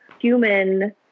human